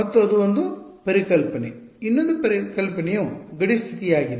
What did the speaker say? ಮತ್ತು ಅದು ಒಂದು ಪರಿಕಲ್ಪನೆ ಇನ್ನೊಂದು ಪರಿಕಲ್ಪನೆಯು ಗಡಿ ಸ್ಥಿತಿಯಾಗಿದೆ